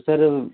sir अब